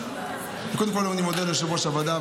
קודם כול אני מודה ליושב-ראש הוועדה,